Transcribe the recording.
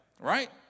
right